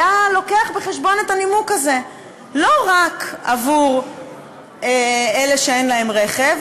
היה מביא בחשבון את הנימוק הזה לא רק עבור אלה שאין להם רכב,